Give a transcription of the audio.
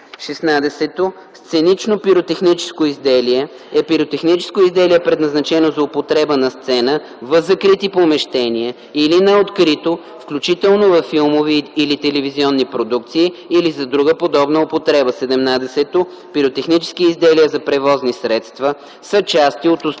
16. „Сценично пиротехническо изделие“ е пиротехническо изделие, предназначено за употреба на сцена в закрити помещения или на открито, включително във филмови или телевизионни продукции, или за друга подобна употреба. 17. „Пиротехнически изделия за превозни средства” са части от устройства